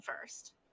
first